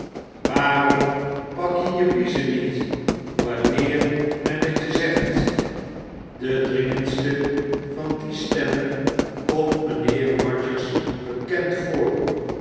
waarom pak je je biezen niet wanneer men het je zegt de dringendste van die stemmen komt mynheer rogers bekend voor